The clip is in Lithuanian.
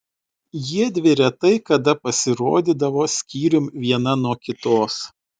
jiedvi retai kada pasirodydavo skyrium viena nuo kitos